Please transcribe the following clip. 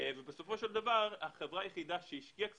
בסופו של דבר, החברה היחידה שהשקיעה כספים,